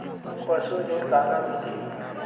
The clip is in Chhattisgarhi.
पशु ऋण काला मिलही?